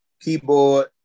keyboard